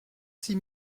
six